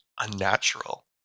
unnatural